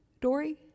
dory